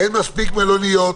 אין מספיק מלוניות.